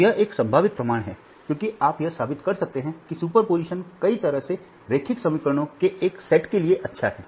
तो यह एक संभावित प्रमाण है क्योंकि आप यह साबित कर सकते हैं कि सुपरपोजिशन कई तरह से रैखिक समीकरणों के एक सेट के लिए अच्छा है